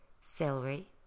celery